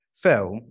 Phil